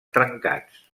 trencats